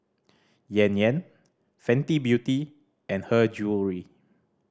Yan Yan Fenty Beauty and Her Jewellery